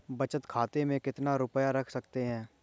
बचत खाते में कितना रुपया रख सकते हैं?